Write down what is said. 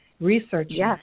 researching